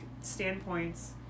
standpoints